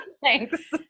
Thanks